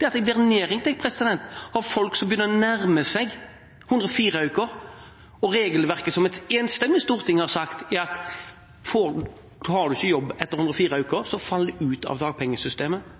er at jeg blir nedringt av folk som begynner å nærme seg 104 uker uten jobb. Regelverket som et enstemmig storting har satt, er at har man ikke jobb etter 104 uker, faller man ut av dagpengesystemet.